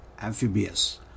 amphibious